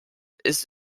ist